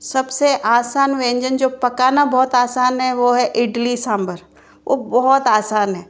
सब से आसान व्यंजन जो पकाना बहुत आसान है वो है इडली सांभर वो बहुत आसान है